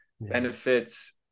benefits